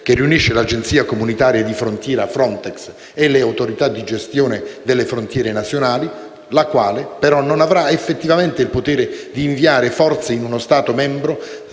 che riunisce l'agenzia comunitaria di frontiera Frontex e le autorità di gestione delle frontiere nazionali, la quale però non avrà effettivamente il potere di inviare forze in uno Stato membro